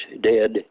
dead